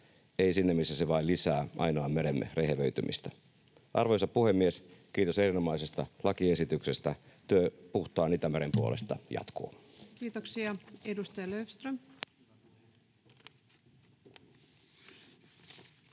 ei sinne, missä se vain lisää ainoan meremme rehevöitymistä. Arvoisa puhemies! Kiitos erinomaisesta lakiesityksestä. Työ puhtaan Itämeren puolesta jatkuu. [Speech 112] Speaker: